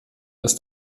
ist